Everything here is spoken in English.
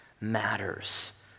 matters